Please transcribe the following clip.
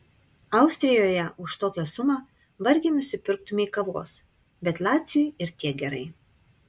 austrijoje už tokią sumą vargiai nusipirktumei kavos bet laciui ir tiek gerai